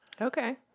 Okay